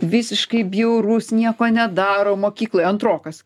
visiškai bjaurus nieko nedaro mokykloje antrokas